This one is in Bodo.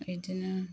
बिदिनो